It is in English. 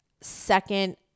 second